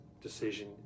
decision